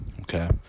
Okay